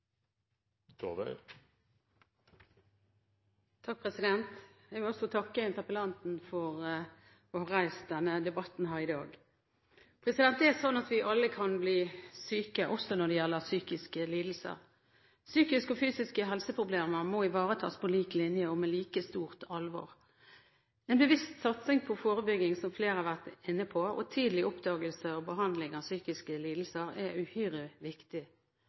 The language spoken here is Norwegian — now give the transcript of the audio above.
Jeg vil også takke interpellanten for å ha reist denne debatten her i dag. Vi kan alle bli syke, også med tanke på psykiske lidelser. Psykiske og fysiske helseproblemer må ivaretas på lik linje og med like stort alvor. En bevisst satsing på forebygging, som flere har vært inne på, og tidlig oppdagelse og behandling av psykiske lidelser er uhyre viktig.